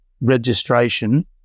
registration